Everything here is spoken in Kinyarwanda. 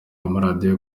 amaradiyo